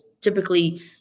typically